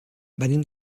venim